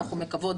אני מקווה,